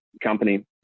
company